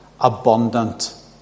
abundant